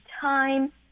time